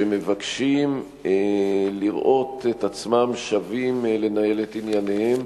שמבקשים לראות את עצמם שווים, לנהל את ענייניהם,